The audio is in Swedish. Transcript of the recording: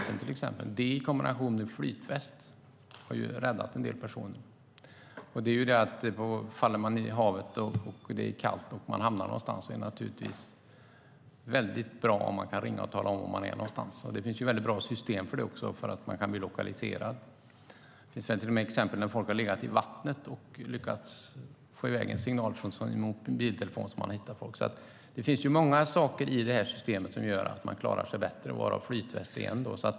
Det i kombination med flytväst har räddat en del personer. Om man faller i havet när det är kallt är det naturligtvis väldigt bra om man kan ringa och tala om var man är. Det finns också bra system som gör att man kan bli lokaliserad. Det finns till och med exempel på att folk som har legat i vattnet och lyckats få i väg en signal från en mobiltelefon har blivit hittade. Det finns många saker i det här systemet som gör att man klarar sig bättre, varav flytväst är en.